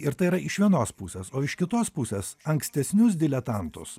ir tai yra iš vienos pusės o iš kitos pusės ankstesnius diletantus